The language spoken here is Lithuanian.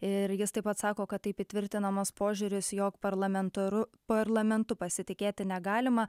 ir jis taip pat sako kad taip įtvirtinamas požiūris jog parlamentaru parlamentu pasitikėti negalima